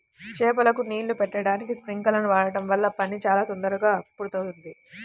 చేలకు నీళ్ళు బెట్టడానికి స్పింకర్లను వాడడం వల్ల పని చాలా తొందరగా పూర్తవుద్ది